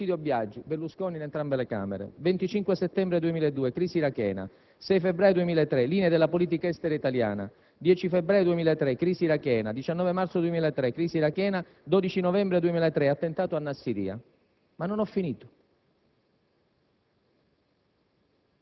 3 luglio 2002, omicidio Biagi: Berlusconi in entrambe le Camere; 25 settembre 2002, crisi irachena; 6 febbraio 2003, linee della politica estera italiana; 10 febbraio 2003, crisi irachena; 19 marzo 2003, crisi irachena; 12 novembre 2003, attentato a Nassiriya. Non ho finito: